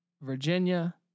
Virginia